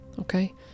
Okay